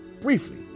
Briefly